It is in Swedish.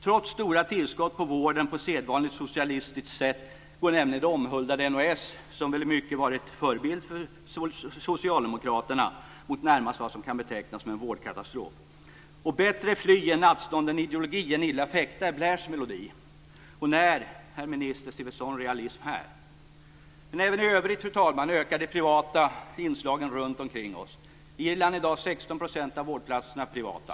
Trots stora tillskott till vården på sedvanligt socialistiskt sätt går nämligen det omhuldade NHS, som väl i mycket varit förebild för Socialdemokraterna, mot vad som närmast kan betecknas som en vårdkatastrof. Bättre fly en nattstånden ideologi än illa fäkta, är Blairs melodi. När, herr minister, ser vi en sådan realism här? Men även i övrigt, fru talman, ökar de privata inslagen runtomkring oss. I Irland är i dag 16 % av vårdplatserna privata.